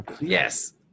Yes